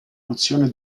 nozione